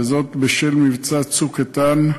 וזאת בשל מבצע "צוק איתן"